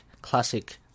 Classic